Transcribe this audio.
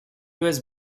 was